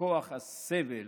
לכוח הסבל